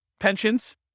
Pensions